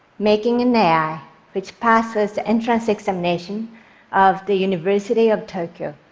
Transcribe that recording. making an ai which passes the entrance examination of the university of tokyo,